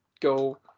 go